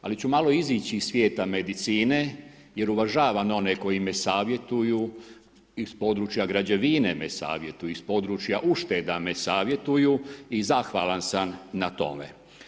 Ali ču malo izići iz svijet medicine jer uvažavam one koji me savjetuju, iz područja građevine me savjetuju, iz područja ušteda me savjetuju i zahvalan sam na tome.